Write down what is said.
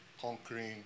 conquering